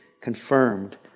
confirmed